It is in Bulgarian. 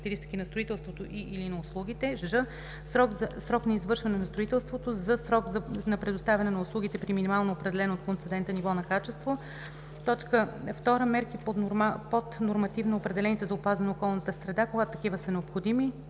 на строителството, и/или на услугите; ж) срок на завършване на строителството; з) срок на предоставяне на услугите при минимално определено от концедента ниво на качеството; 2. мерки над нормативно определените за опазване на околната среда, когато такива са необходими;